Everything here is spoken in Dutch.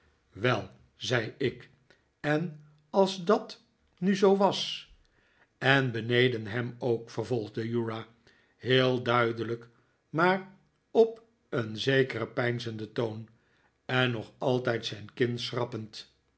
wel zei ik en als dat nu zoo was en beneden hem ook vervolgde uriah heel duidelijk maar op een zekeren peinzenden toon en nog altijd zijn kin schrappend